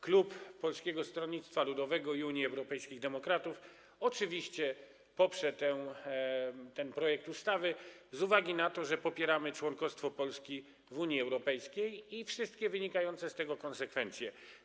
Klub Polskiego Stronnictwa Ludowego - Unii Europejskich Demokratów oczywiście poprze ten projekt ustawy z uwagi na to, że popieramy członkostwo Polski w Unii Europejskiej i wszystkie wynikające z tego konsekwencje.